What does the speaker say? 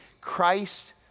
Christ